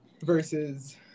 versus